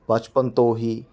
ਬਚਪਨ ਤੋਂ ਹੀ